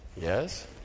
Yes